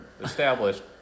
established